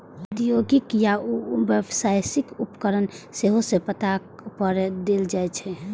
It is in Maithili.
औद्योगिक या व्यावसायिक उपकरण सेहो पट्टा पर देल जाइ छै